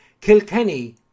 Kilkenny